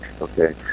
okay